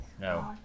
no